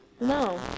No